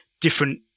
different